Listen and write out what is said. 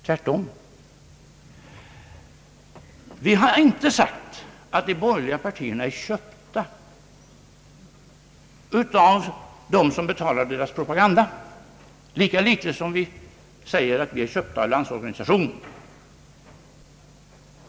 Tvärtom, vi har inte sagt att de borgerliga partierna är köpta av dem som betalar deras propaganda, lika litet som vi säger att vi är köpta av Landsorganisationen.